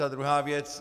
A druhá věc...